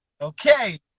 okay